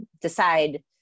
decide